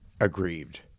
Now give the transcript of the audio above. aggrieved